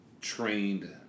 trained